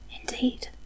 Indeed